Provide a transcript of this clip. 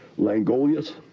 Langolius